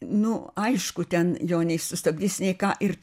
nu aišku ten jo nei sustabdysi nei ką ir